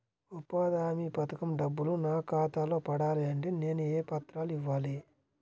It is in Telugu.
ఉపాధి హామీ పథకం డబ్బులు నా ఖాతాలో పడాలి అంటే నేను ఏ పత్రాలు ఇవ్వాలి?